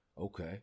Okay